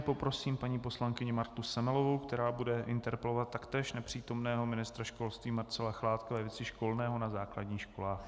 Poprosím paní poslankyni Martu Semelovou, která bude interpelovat taktéž nepřítomného ministra školství Marcela Chládka ve věci školného na základních školách.